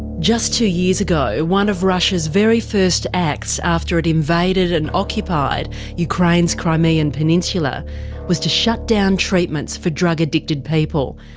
just two years ago one of russia's very first acts after it invaded and occupied ukraine's crimean peninsula was to shut down treatments for drug addicted people,